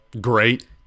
great